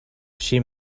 she